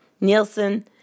Nielsen